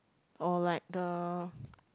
or like the